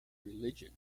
religion